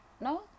no